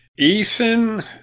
Eason